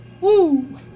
Woo